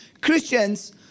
Christians